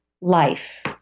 life